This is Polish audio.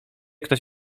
ktoś